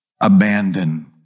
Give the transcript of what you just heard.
Abandon